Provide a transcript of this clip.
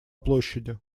площади